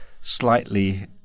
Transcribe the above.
slightly